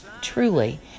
truly